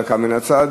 דקה מן הצד,